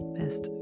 best